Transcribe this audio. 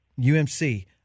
UMC